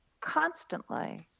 constantly